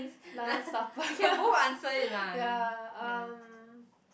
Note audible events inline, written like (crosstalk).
last supper (laughs) ya um